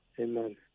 Amen